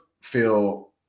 feel